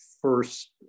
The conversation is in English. first